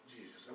Jesus